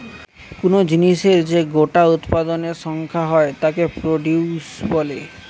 কুনো জিনিসের যে গোটা উৎপাদনের সংখ্যা হয় তাকে প্রডিউস বলে